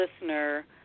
listener